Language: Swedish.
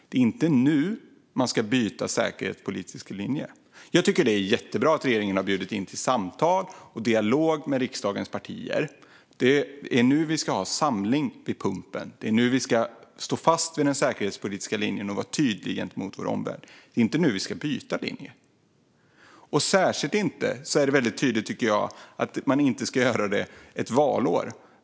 Det är inte nu vi ska byta säkerhetspolitisk linje. Jag tycker att det är jättebra att regeringen har bjudit in till samtal och dialog med riksdagens partier, för det är nu vi ska ha samling vid pumpen. Det är nu vi ska stå fast vid den säkerhetspolitiska linjen och vara tydliga gentemot vår omvärld. Det är inte nu vi ska byta linje. Jag tycker att det är särskilt tydligt att man inte ska göra det ett valår.